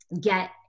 get